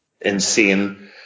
insane